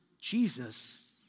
Jesus